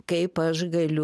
kaip aš galiu